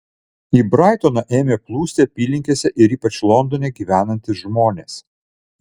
į braitoną ėmė plūsti apylinkėse ir ypač londone gyvenantys žmonės